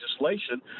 legislation